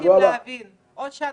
אנחנו לא מבינים